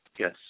yes